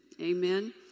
Amen